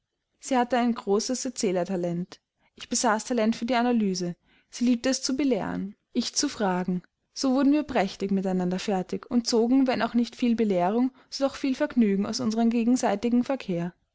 sie hatte ein großes erzählertalent ich besaß talent für die analyse sie liebte es zu belehren ich zu fragen so wurden wir prächtig miteinander fertig und zogen wenn auch nicht viel belehrung so doch viel vergnügen aus unseren gegenseitigen verkehr